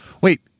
Wait